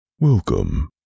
Welcome